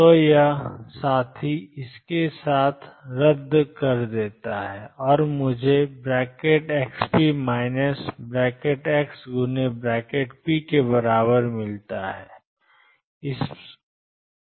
तो यह साथी इसके साथ रद्द कर देता है और मुझे यह ⟨xp⟩ ⟨x⟩⟨p⟩ के बराबर मिलता है